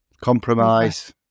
compromise